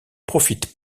profite